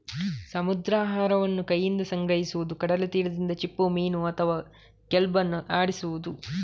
ಸಮುದ್ರಾಹಾರವನ್ನು ಕೈಯಿಂದ ಸಂಗ್ರಹಿಸುವುದು, ಕಡಲ ತೀರದಿಂದ ಚಿಪ್ಪುಮೀನು ಅಥವಾ ಕೆಲ್ಪ್ ಅನ್ನು ಆರಿಸುವುದು